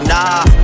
Nah